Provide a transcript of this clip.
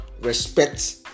respect